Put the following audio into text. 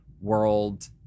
World